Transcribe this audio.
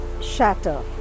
shatter